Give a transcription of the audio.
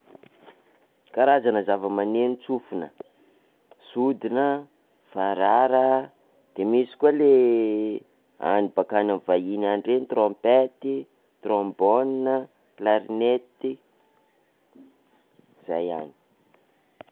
Karazana maneno tsofina: sodina, farara, de misy koa ley any bakany vahiny any reny: trompette, trombone, clarinety, zay ihany.